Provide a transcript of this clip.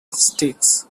sticks